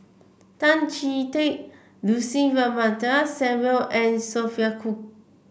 Tan Chee Teck Lucy Ratnammah Samuel and Sophia Cooke